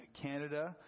Canada